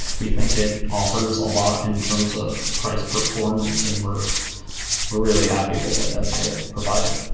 we think it offers a lot in terms of price performance and we're really happy with it as a provider